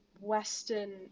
Western